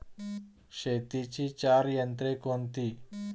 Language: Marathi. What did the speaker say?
शेतीची चार तंत्रे कोणती?